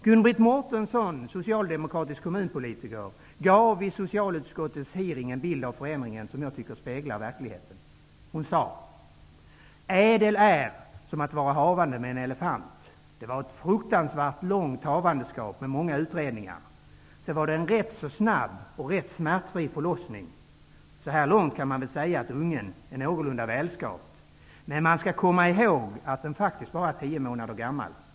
Gun-Britt Mårtensson, socialdemokratisk kommunpolitiker, gav vid socialutskottets hearing en bild av förändringen som jag tycker speglar verkligheten. Hon sade: ''Ädel är som att vara havande med en elefant. Det var ett fruktansvärt långt havandeskap med många utredningar. Sedan var det en rätt så snabb och rätt smärtfri förlossning. Så här långt kan man väl säga att ungen är någorlunda välskapt. Men man skall komma ihåg att den faktiskt bara är tio månader gammal.''